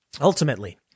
Ultimately